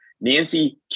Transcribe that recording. Nancy